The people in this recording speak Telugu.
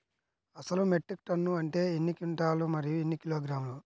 అసలు మెట్రిక్ టన్ను అంటే ఎన్ని క్వింటాలు మరియు ఎన్ని కిలోగ్రాములు?